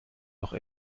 doch